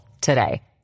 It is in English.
today